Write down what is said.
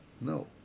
No